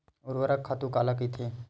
ऊर्वरक खातु काला कहिथे?